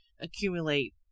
accumulate